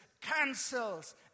cancels